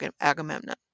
Agamemnon